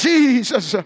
Jesus